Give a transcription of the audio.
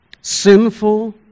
sinful